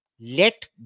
let